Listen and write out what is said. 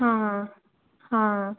ହଁ ହଁ ହଁ ହଁ